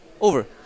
Over